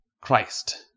Christ